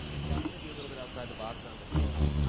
yeah, i'm gonna be a little bit outside the box on this one.